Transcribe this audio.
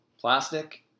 plastic